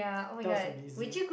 that was amazing